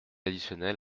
additionnel